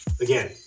Again